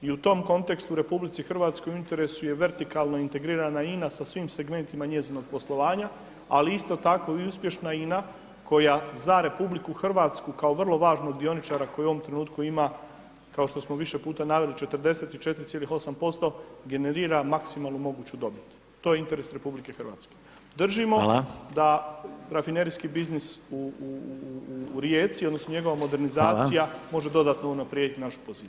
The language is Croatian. I u tom kontekstu RH u interesu je vertikalno integrirana INA sa svim segmentima njezina poslovanja, ali isto tako i uspješna INA koja za RH kao vrlo važnog dioničara koji u ovom trenutku ima kao što smo više puta naveli 44,8% generira maksimalnu moguću dobit, to je interes RH [[Upadica: Hvala.]] držimo da rafinerijski biznis u Rijeci odnosno njegova modernizacija [[Upadica: Hvala.]] može dodatno unaprijediti našu poziciju.